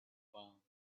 palms